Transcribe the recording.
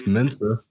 Mensa